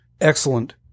excellent